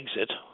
exit